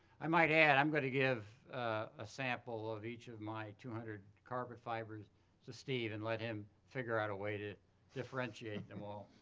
i might add i'm gonna give a sample of each of my two hundred carpet fibers to steve and let him figure out a way to differentiate them all.